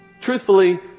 truthfully